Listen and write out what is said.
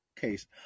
case